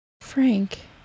Frank